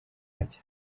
ajya